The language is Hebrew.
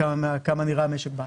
כמה נראה משק בית.